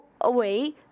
away